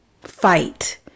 fight